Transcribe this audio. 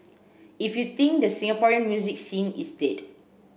if you think the Singaporean music scene is dead